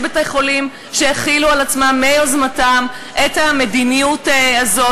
יש בתי-חולים שהחילו על עצמם מיוזמתם את המדיניות הזאת.